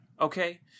okay